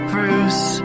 Bruce